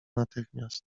natychmiast